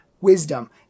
wisdom